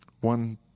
one